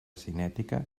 cinètica